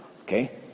Okay